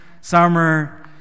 summer